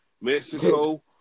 Mexico